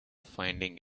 finding